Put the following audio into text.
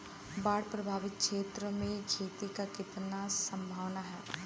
बाढ़ प्रभावित क्षेत्र में खेती क कितना सम्भावना हैं?